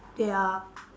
they are